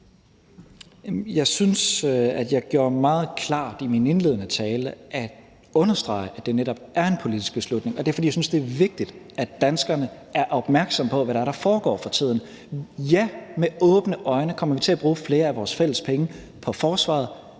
Jeg synes, at jeg i min indledende tale gjorde meget ud af at understrege, at det netop er en politisk beslutning, og det er, fordi jeg synes, det er vigtigt, at danskerne er opmærksomme på, hvad det er, der foregår for tiden. Ja, med åbne øjne kommer vi til at bruge flere af vores fælles penge på forsvaret,